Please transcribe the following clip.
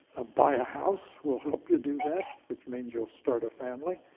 ah buy a house, we'll help you do that, which means you'll start a family,